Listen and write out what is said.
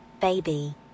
baby